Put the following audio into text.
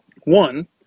One